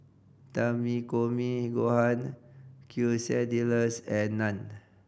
Takikomi Gohan Quesadillas and Naan